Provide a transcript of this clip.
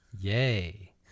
Yay